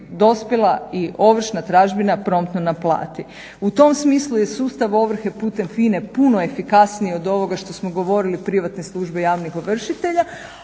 dospjela i ovršna tražbina promptno naplati. U tom smislu je sustav ovrhe putem FINA-e puno efikasniji od ovoga što smo govorili privatne službe javnih ovršitelja,